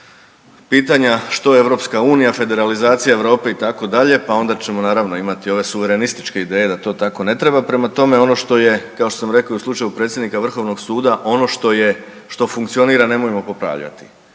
pitanja što EU, federalizacija Europe i tako dalje, pa onda ćemo naravno imati ove suverenističke ideje da to tako ne treba, prema tome, ono što je, kao što sam rekao i u slučaju predsjednika Vrhovnog suda, ono što je, što funkcionira, nemojmo popravljati.